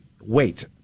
wait